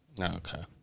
Okay